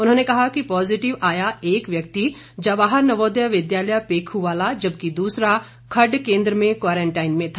उन्होंने कहा कि पॉजिटिव आया एक व्यक्ति जवाहर नवोदय विद्यालय पेखूवाला जबकि दूसरा खड्ड केंद्र में क्वारंटाईन में था